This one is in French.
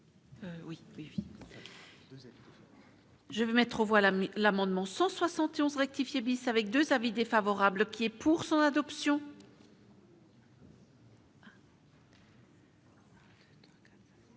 défavorable. Je veux mettre aux voix l'amendement 171 rectifié bis avec 2 avis défavorables qui est pour son adoption.